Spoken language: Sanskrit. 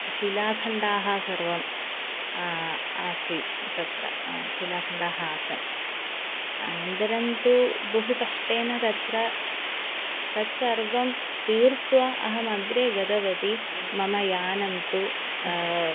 शिलाखण्डाः सर्वम् आसीत् तत्र शिलाखण्डाः आसन् अनन्तरं तु बहु कष्टेन तत्र तत्सर्वं तीर्त्वा अहमग्रे गतवती मम यानं तु